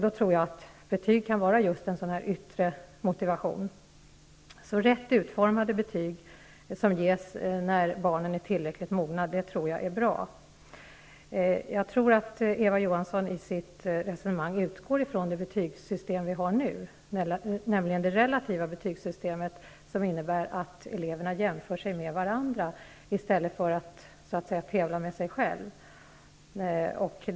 Då tror jag att betygen kan utgöra en yttre motivation. Rätt utformade betyg som ges när barnen är tillräckligt mogna är bra. Jag tror att Eva Johansson i sitt resonemang utgår från det betygssystem som vi har i dag, nämligen ett relativt betygssystem, som innebär att eleverna jämför sig med varandra i stället för att tävla med sig själva.